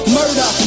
murder